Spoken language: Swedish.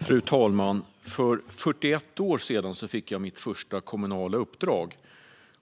Fru talman! För 41 år sedan fick jag mitt första kommunala uppdrag.